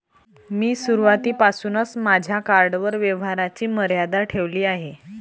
मी सुरुवातीपासूनच माझ्या कार्डवर व्यवहाराची मर्यादा ठेवली आहे